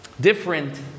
different